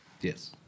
Yes